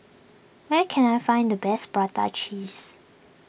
where can I find the best Prata Cheese